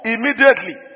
Immediately